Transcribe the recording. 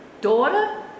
Daughter